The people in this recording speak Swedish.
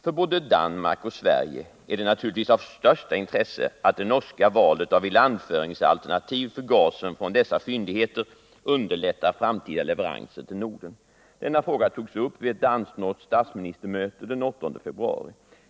För både Danmark och Sverige är det naturligtvis av största intresse att det norska valet av ilandföringsalternativ för gasen från dessa fyndigheter underlättar framtida leveranser till Norden. Denna fråga togs upp vid ett danskt-norskt statsministermöte den 8 februari.